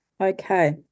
Okay